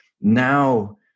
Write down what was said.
now